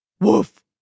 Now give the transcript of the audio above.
Woof